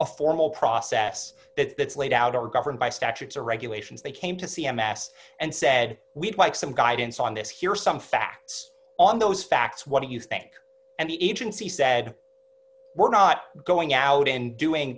a formal process that's laid out or governed by statutes or regulations they came to c m s and said we'd like some guidance on this here are some facts on those facts what do you think and the agency said we're not going out and doing